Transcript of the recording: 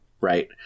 right